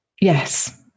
Yes